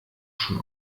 schon